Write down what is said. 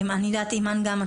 אני יודעת אימאן גם,